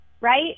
right